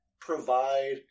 provide